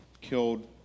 killed